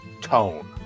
tone